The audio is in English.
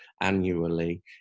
annually